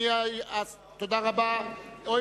תודה רבה, אדוני.